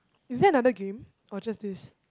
is there another game or just this